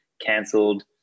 cancelled